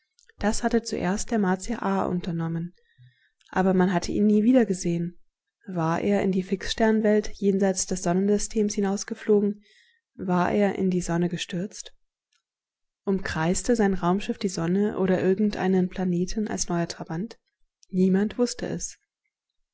das hatte zuerst der martier ar unternommen aber man hatte ihn nie wiedergesehen war er in die fixsternwelt jenseits des sonnensystems hinausgeflogen war er in die sonne gestürzt umkreiste sein raumschiff die sonne oder irgendeinen planeten als ein neuer trabant niemand wußte es